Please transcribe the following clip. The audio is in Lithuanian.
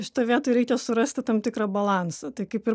šitoj vietoj reikia surasti tam tikrą balansą tai kaip ir